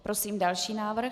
Prosím další návrh.